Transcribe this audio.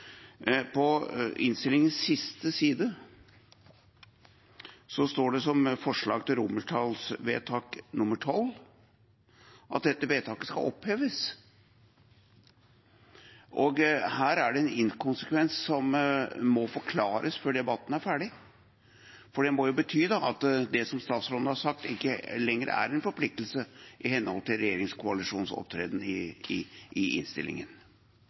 På innstillingens siste side står det, som forslag til XII, at dette vedtaket skal oppheves. Her er det en inkonsekvens som må forklares før debatten er ferdig, for det må jo bety at det som statsråden har sagt, ikke lenger er en forpliktelse, i henhold til regjeringskoalisjonens opptreden i innstillingen.